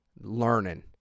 learning